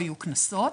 קנסות.